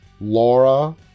Laura